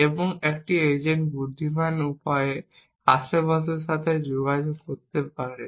এবং একটি এজেন্ট বুদ্ধিমান উপায়ে আশেপাশের সাথে যোগাযোগ করতে পারে